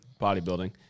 bodybuilding